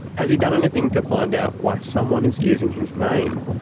has he done anything to find out why someone is using his name?